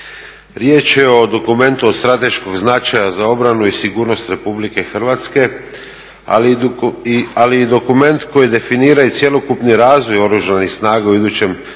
Riječ je o dokumentu od strateškog značaja za obranu i sigurnost Republike Hrvatske, ali i dokument koji definira i cjelokupni razvoj Oružanih snaga u idućem